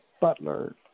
butler